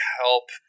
help